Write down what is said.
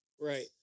Right